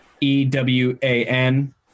E-W-A-N